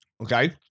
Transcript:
Okay